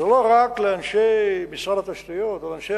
זה לא רק באנשי משרד התשתיות או באנשי